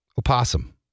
Opossum